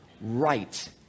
right